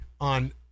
on